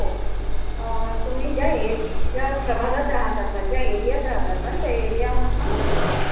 हो तुम्ही ज्या ए ज्या प्रभागात राहात असाल ज्या एरियात राहात असाल त्या एरियामधून